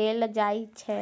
देल जाइत छै